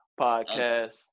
podcast